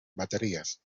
baterías